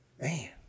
man